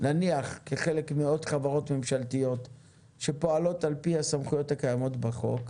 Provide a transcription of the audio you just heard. כחלק מעוד חברות ממשלתיות שפועלות לפי הסמכויות הקיימות בחוק,